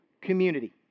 community